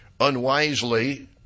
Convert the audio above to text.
unwisely